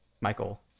Michael